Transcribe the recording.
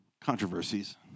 controversies